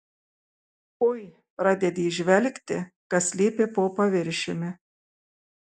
ui pradedi įžvelgti kas slypi po paviršiumi